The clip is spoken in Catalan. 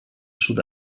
sud